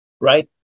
right